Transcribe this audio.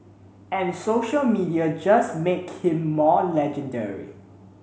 and social media just make him more legendary